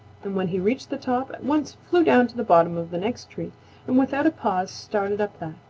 and when he reached the top at once flew down to the bottom of the next tree and without a pause started up that.